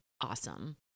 awesome